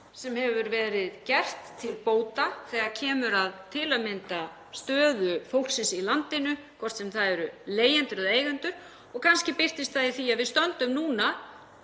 sem hefur verið gert til bóta þegar kemur að til að mynda stöðu fólksins í landinu, hvort sem það eru leigjendur eða eigendur. Kannski birtist það í því að við stöndum núna